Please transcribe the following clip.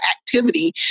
activity